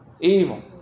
Evil